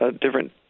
different –